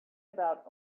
about